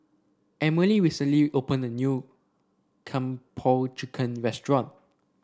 Emilee recently opened a new Kung Po Chicken restaurant